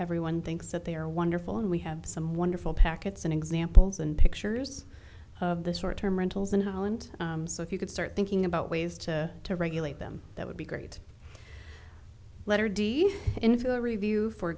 everyone thinks that they are wonderful and we have some wonderful packets and examples and pictures of the short term rentals in holland so if you could start thinking about ways to to regulate them that would be great letter d into a review for